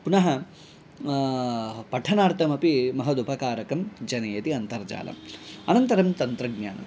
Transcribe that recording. पुनः पठनार्थमपि महदुपकारकं जनयति अन्तर्जालम् अनन्तरं तन्त्रज्ञानम्